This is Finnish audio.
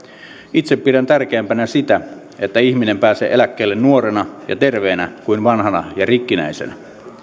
itse pidän tärkeämpänä sitä että ihminen pääsee eläkkeelle nuorena ja terveenä kuin vanhana ja rikkinäisenä